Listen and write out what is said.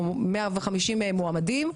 מועמדים,